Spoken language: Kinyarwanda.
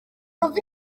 ruva